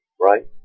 right